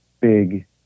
big